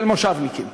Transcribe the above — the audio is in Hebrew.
של מושבניקים.